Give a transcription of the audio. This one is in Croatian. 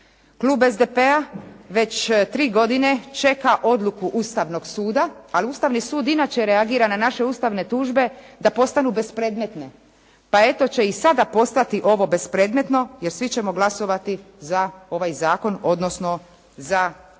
Klub SDP-a već 3 godine čeka odluku Ustavnog suda, ali Ustavni sud inače reagira na naše ustavne tužbe da postanu bespredmetne, pa eto će i sada postati ovo bespredmetno jer svi ćemo glasovati za ovaj zakon, odnosno za ustanovljenje